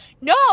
No